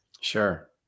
Sure